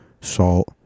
salt